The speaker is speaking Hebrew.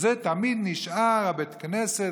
שזה תמיד נשאר בית הכנסת,